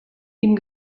ihm